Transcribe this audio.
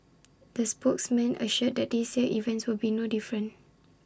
the spokesperson assured that this year's event will be no different